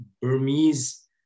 Burmese